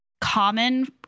common